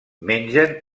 mengen